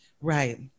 Right